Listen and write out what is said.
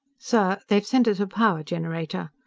sir, they've sent us a power-generator.